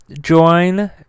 join